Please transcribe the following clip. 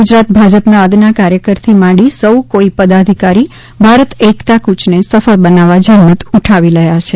ગુજરાત ભાજપના અદના કાર્યકરથી માંડી સૌ કોઇ પદાધિકારી ભારત એકતા ફૂચને સફળ બનાવવા જહેમત ઉઠાવી રહ્યાં છે